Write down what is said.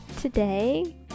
today